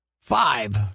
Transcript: five